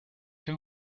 den